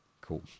Cool